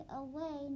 away